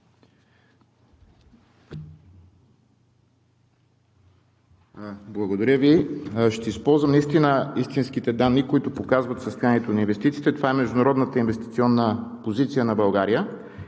Благодаря Ви. Ще използвам наистина истинските данни, които показват състоянието на инвестициите, като това е международната инвестиционна позиция на България,